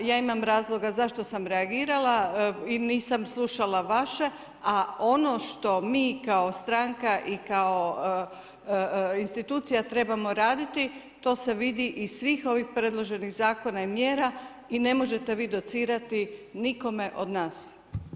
Ja imam razloga zašto sam reagirala i nisam slušala vaše, a ono što mi kao stranka i kao institucija trebamo raditi, to se vidi iz svih ovih predloženih zakona i mjera i ne možete vi docirati nikome od nas.